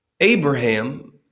Abraham